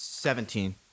Seventeen